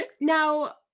now